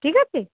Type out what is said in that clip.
ঠিক আছে